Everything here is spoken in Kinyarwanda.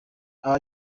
aba